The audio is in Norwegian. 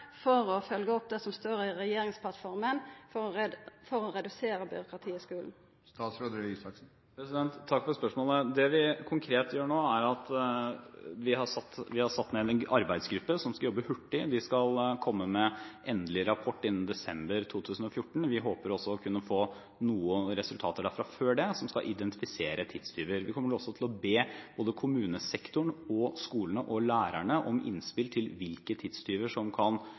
for å følgja opp det som står i regjeringsplattforma, for å redusera byråkratiet i skulen? Takk for spørsmålet. Det vi konkret gjør nå, er at vi har satt ned en arbeidsgruppe som skal jobbe hurtig. De skal komme med endelig rapport innen desember 2014. Vi håper også å kunne få noen resultater derfra før det som skal identifisere tidstyver. Vi kommer også til å be kommunesektoren, skolene og lærerne om innspill til hvilke tidstyver som kan